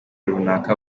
runaka